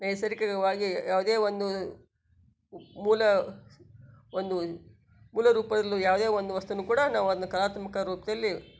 ನೈಸರ್ಗಿಕವಾಗಿ ಯಾವುದೇ ಒಂದು ಮೂಲ ಒಂದು ಮೂಲ ರೂಪದಲ್ಲಿ ಯಾವುದೆ ಒಂದು ವಸ್ತುನ್ನ ಕೂಡ ನಾವು ಅದ್ನ ಕಲಾತ್ಮಕ ರೂಪದಲ್ಲಿ